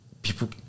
people